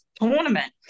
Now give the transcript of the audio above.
tournament